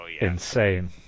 insane